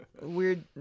weird